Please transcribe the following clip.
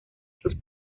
sus